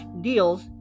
deals